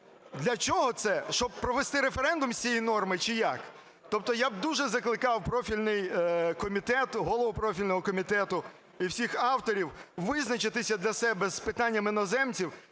Для чого це? Щоб провести референдум з цієї норми чи як? Тобто я б дуже закликав профільний комітет, голову профільного комітету і всіх авторів визначитися для себе з питаннями іноземців